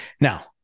Now